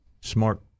smart